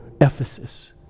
Ephesus